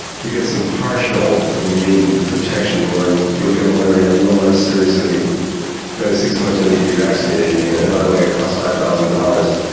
to get some partial immune protection wherein you'll get malaria a little less seriously but in six months you'll need to be vaccinated again, and by the way it costs five thousand dollars,